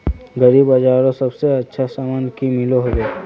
Agri बजारोत सबसे अच्छा सामान की मिलोहो होबे?